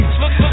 look